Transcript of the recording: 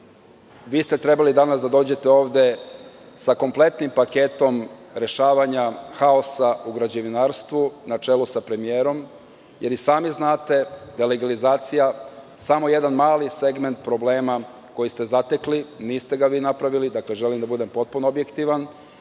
da ste trebali danas da dođete ovde sa kompletnim paketom rešavanja haosa u građevinarstvu, na čelu sa premijerom, jer i sami znate da je legalizacija samo jedan mali segment problema koji ste zatekli, niste ga vi napravili, želim da budem potpuno objektivan,